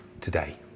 today